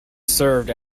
served